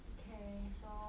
okay so